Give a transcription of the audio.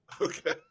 Okay